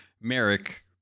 merrick